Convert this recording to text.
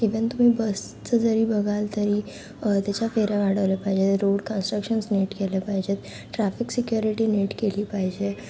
even तुम्ही बसचं जरी बघाल तरी त्याच्या फेऱ्या वाढवल्या पाहिजे रोड कन्स्ट्रक्शन्स नीट केले पाहिजेत ट्राफिक सिक्युरिटी नीट केली पाहिजे